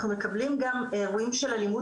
אנחנו רואים גם אירועים של אלימות